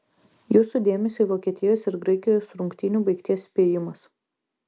jūsų dėmesiui vokietijos ir graikijos rungtynių baigties spėjimas